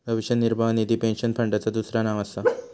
भविष्य निर्वाह निधी पेन्शन फंडाचा दुसरा नाव असा